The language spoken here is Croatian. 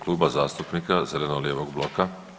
Kluba zastupnika zeleno-lijevog bloka.